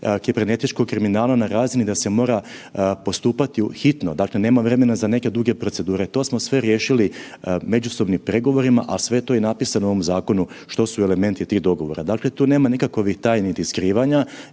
kibernetičkog kriminala na razini da se mora postupati hitno, dakle nema vremena za neke druge procedure, to smo sve riješili međusobnim pregovorima, ali sve je to napisano u ovom zakonu što su elementi tih dogovora. Dakle tu nema nikakovih tajni ni skrivanja,